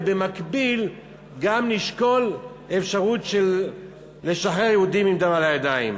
ובמקביל גם נשקול אפשרות לשחרר יהודים עם דם על הידיים.